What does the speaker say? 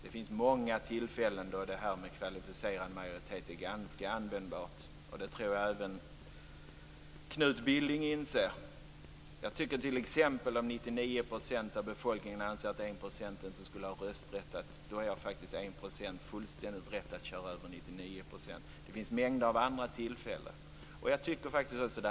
Det finns många tillfällen då kvalificerad majoritet är ganska användbar. Jag tror att även Knut Billing inser det. Jag tycker t.ex. att om 99 % av befolkningen anser att 1 % inte skall ha rösträtt gör 1 % fullständigt rätt i att köra över 99 %. Det finns en mängd andra tillfällen också.